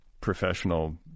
professional